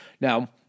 Now